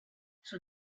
son